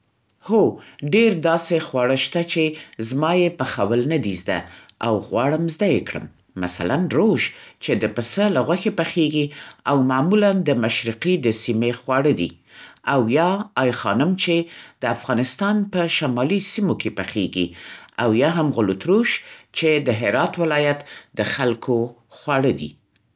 هو، ډېر داسې خواړه شته چې زما یې پخول نه دي زده او غواړم زده یې کړم. مثلا «روژ» چې د پسه له غوښې پخېږي او معمولا د مشرقي د سیمې خواړه دي او یا «آی خانم» چې د افغانستان په شمالي سیمو کې پخېږي او يا هم غولوتروش چې د هرات ولایت د خلکو خواړه دي.